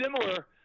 similar